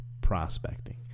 prospecting